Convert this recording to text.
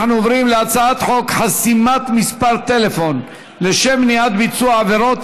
אנחנו עוברים להצעת חוק חסימת מספר טלפון לשם מניעת ביצוע עבירות,